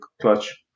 clutch